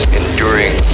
enduring